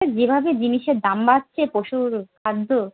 যেভাবে জিনিসের দাম বাড়ছে পশুর খাদ্য